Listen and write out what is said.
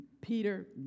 Peter